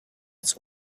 its